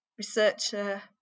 researcher